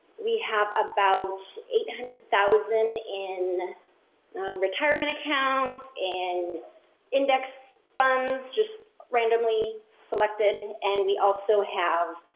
we have about eight hundred thousand in retirement accounts and index funds just randomly selected. and and we also have.